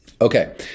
Okay